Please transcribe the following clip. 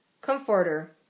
Comforter